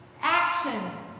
Action